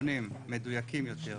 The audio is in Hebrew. נתונים מדויקים יותר,